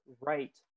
right